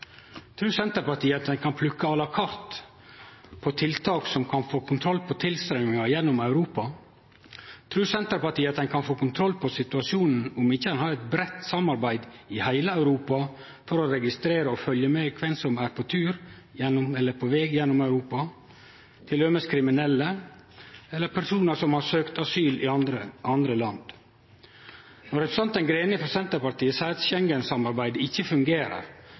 Trur Senterpartiet at ein kan plukke à la carte av tiltak som kan få kontroll på tilstrøyminga gjennom Europa? Trur Senterpartiet at ein kan få kontroll på situasjonen om ein ikkje har eit breitt samarbeid i heile Europa for å registrere og følgje med på kven som er på veg gjennom Europa, til dømes kriminelle eller personar som har søkt asyl i andre land? Når representanten Greni frå Senterpartiet seier at Schengen-samarbeidet ikkje fungerer,